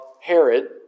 Herod